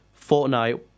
Fortnite